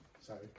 Sorry